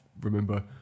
remember